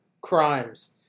crimes